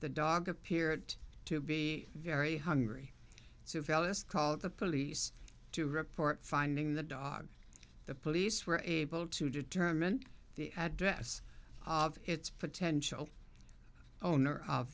the dog appeared to be very hungry so if ellis called the police to report finding the dog the police were able to determine the address of its potential owner of